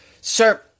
Sir